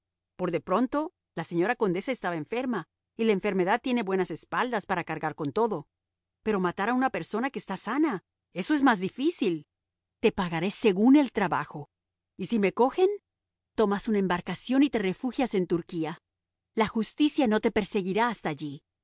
por de pronto la señora condesa estaba enferma y la enfermedad tiene buenas espaldas para cargar con todo pero matar a una persona que está sana eso es más difícil te pagaré según el trabajo y si me cogen tomas una embarcación y te refugias en turquía la justicia no te perseguirá hasta allí